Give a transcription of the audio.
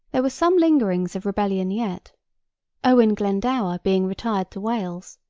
there were some lingerings of rebellion yet owen glendower being retired to wales,